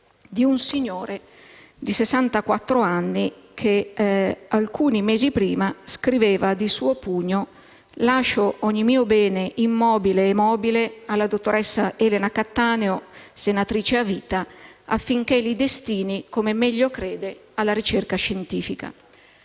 di un signore di 64 anni che, alcuni mesi prima, scriveva di suo pugno: «Lascio ogni mio bene, immobile e mobile, alla dottoressa Cattaneo, senatrice a vita, affinché li destini, come meglio crede, alla ricerca scientifica».